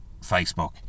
Facebook